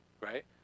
right